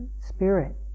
spirit